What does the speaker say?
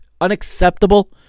unacceptable